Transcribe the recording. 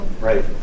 Right